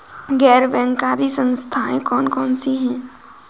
गैर बैंककारी संस्थाएँ कौन कौन सी हैं?